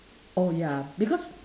oh ya because